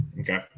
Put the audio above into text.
Okay